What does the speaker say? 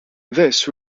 this